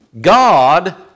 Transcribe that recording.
God